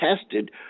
tested